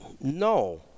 No